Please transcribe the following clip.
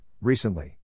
recently